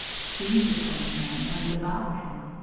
seize upon a man, and devour him.